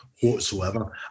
whatsoever